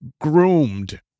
groomed